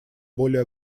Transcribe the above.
более